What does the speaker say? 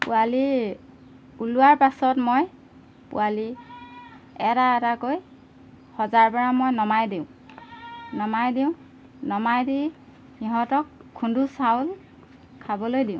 পোৱালি ওলোৱাৰ পাছত মই পোৱালি এটা এটাকৈ সজাৰ পৰা মই নমাই দিওঁ নমাই দিওঁ নমাই দি সিহঁতক খুন্দু চাউল খাবলৈ দিওঁ